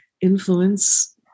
influence